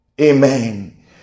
Amen